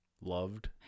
Loved